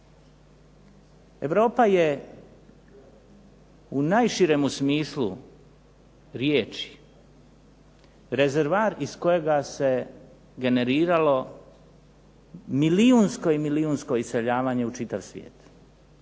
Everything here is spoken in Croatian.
Europa je u najširem smislu riječi rezervoar iz kojega se generiralo milijunsko i milijunsko iseljavanje u čitav svijet